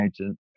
agent